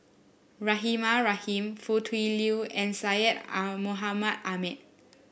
Rahimah Rahim Foo Tui Liew and Syed ah Mohamed Ahmed